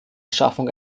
schaffung